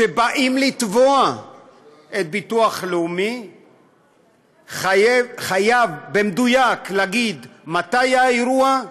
כשבאים לתבוע את הביטוח הלאומי חייבים להגיד במדויק מתי היה האירוע,